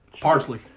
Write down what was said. Parsley